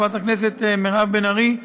חברת הכנסת מירב בן ארי,